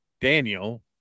Daniel